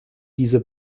diese